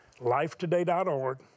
Lifetoday.org